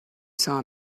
saw